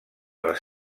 les